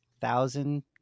thousand